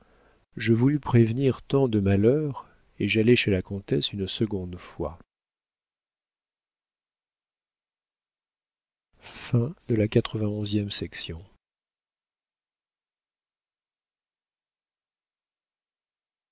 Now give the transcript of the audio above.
je voulus prévenir tant de malheurs et j'allai chez la comtesse une seconde fois